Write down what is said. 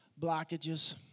blockages